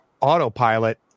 autopilot